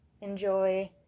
enjoy